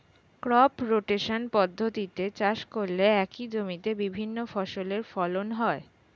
crop rotation পদ্ধতিতে চাষ করলে একই জমিতে বিভিন্ন ফসলের ফলন হয়